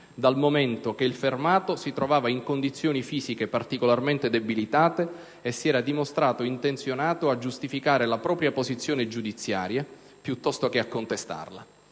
dal momento che il fermato si trovava in condizioni fisiche particolarmente debilitate e si era dimostrato intenzionato a giustificare la propria posizione giudiziaria piuttosto che a contestarla.